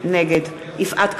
נגד יפעת קריב,